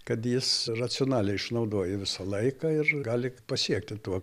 kad jis racionaliai išnaudoja visą laiką ir gali pasiekti to